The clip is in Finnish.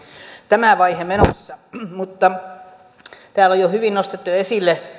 tämä vaihe menossa täällä on jo hyvin nostettu esille